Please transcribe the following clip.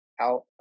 out